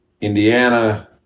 Indiana